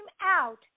out